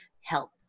help